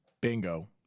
bingo